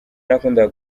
nakundaga